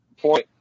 point